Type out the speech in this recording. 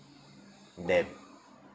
debt